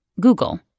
Google